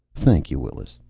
thank you. willis.